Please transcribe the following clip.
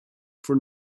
for